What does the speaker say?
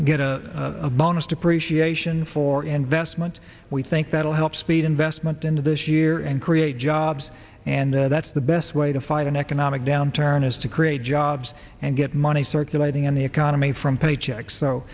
get a bonus depreciation for investment we think that will help speed investment into this year and create jobs and that's the best way to find an economic downturn is to create jobs and get money circulating in the economy from paychecks so